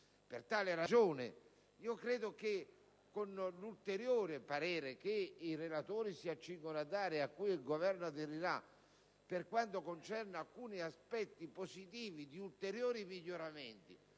di diritto penale. Con l'ulteriore parere che i relatori si accingono a dare e al quale il Governo aderisce, per quanto concerne alcuni aspetti positivi di ulteriori miglioramenti